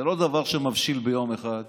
זה לא דבר שמבשיל ביום אחד